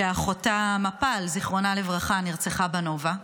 שאחותה מפל, זיכרונה לברכה, נרצחה בנובה.